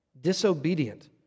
disobedient